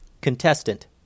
Contestant